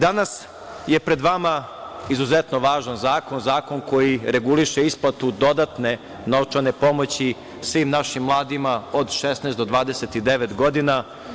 Danas je pred vama izuzetno važan zakon, zakon koji reguliše isplatu dodatne novčane pomoći svim našim mladima od 16 do 29 godina.